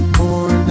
more